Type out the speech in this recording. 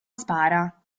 spara